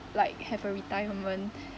like have a retirement